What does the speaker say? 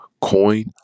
coin